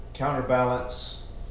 counterbalance